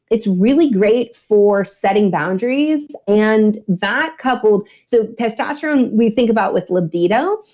it's really great for setting boundaries and that coupled. so testosterone we think about with libido,